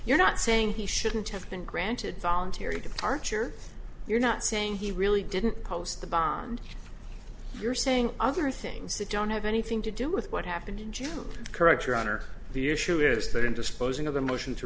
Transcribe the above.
you're not saying he shouldn't have been granted voluntary departure you're not saying he really didn't post the bond you're saying other things that don't have anything to do with what happened in june correct your honor the issue is that into supposing of a motion to